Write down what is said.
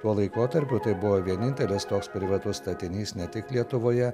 tuo laikotarpiu tai buvo vienintelis toks privatus statinys ne tik lietuvoje